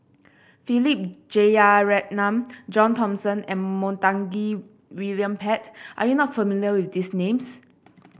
Philip Jeyaretnam John Thomson and Montague William Pett are you not familiar with these names